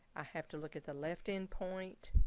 i have to look at the left end point,